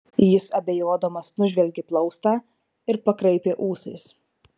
jis abejodamas nužvelgė plaustą ir pakraipė ūsais